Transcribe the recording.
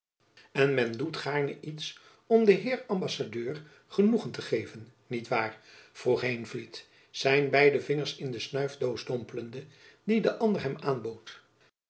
en men doet gaarne iets om den heer ambassadeur genoegen te geven niet waar vroeg heenvliet zijn beide vingers in de snuifdoos dompelende die de ander hem aanbood